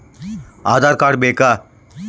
Aadhaar card ಬೇಕಾ?